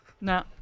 No